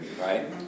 Right